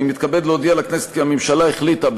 אני מתכבד להודיע לכנסת כי הממשלה החליטה,